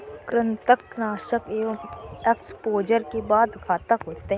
कृंतकनाशक एक एक्सपोजर के बाद घातक होते हैं